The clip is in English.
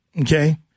okay